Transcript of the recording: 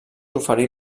oferir